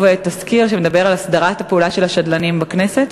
תסקיר על הסדרת הפעולה של השדלנים בכנסת.